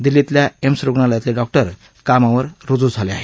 दिल्लीतल्या एम्स रुग्णालयातले डॉक्टर कामावर रुजू झाले आहेत